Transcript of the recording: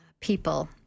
people